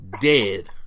dead